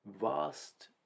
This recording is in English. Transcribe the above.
vast